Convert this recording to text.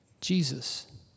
Jesus